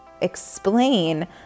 explain